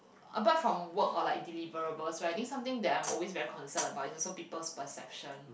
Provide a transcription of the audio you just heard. apart from work or like deliverables right I think something that I'm always very concerned about is also people's perception